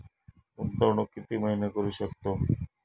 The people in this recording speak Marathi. गुंतवणूक किती महिने करू शकतव?